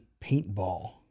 paintball